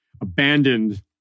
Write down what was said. abandoned